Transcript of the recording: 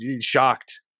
Shocked